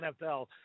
NFL